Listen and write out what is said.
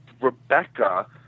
Rebecca